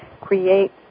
create